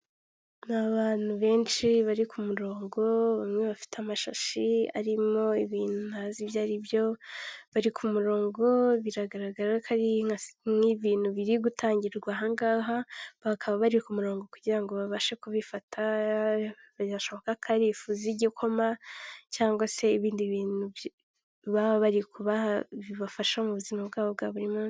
Ahantu ndahabona umuntu mu kayira k'abanyamaguru arimo aragenda bika bigaragara ko hari n'undi muntu wicaye munsi y'umutaka wa emutiyeni ndetse bikaba bigaragara ko uyu muntu acuruza amayinite bikaba binagaragara ko hari imodoka y'umukara ndetse na taransifa y'amashanyarazi.